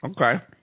Okay